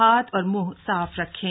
हाथ और मुंह साफ रखें